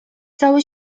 cały